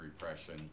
repression